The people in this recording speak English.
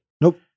Nope